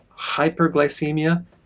hyperglycemia